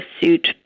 suit